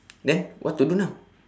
then what to do now